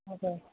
हजुर